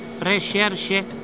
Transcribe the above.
Recherche